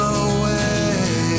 away